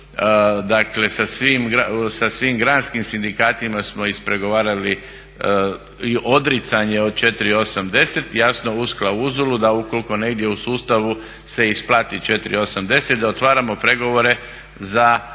Dakle sa svim granskim sindikatima smo ispregovarali odricanje od 4,80, jasno uz klauzulu da ukoliko negdje u sustavu se isplati 4,80 da otvaramo pregovore za